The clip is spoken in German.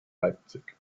leipzig